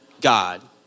God